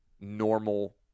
normal